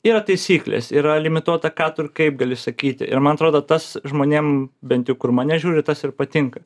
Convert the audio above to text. yra taisyklės yra limituota ką tu ir kaip gali sakyti ir man atrodo tas žmonėm bent jau kur mane žiūri tas ir patinka